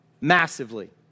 massively